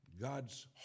God's